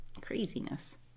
craziness